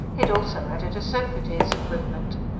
had also added a sofa to his equipment.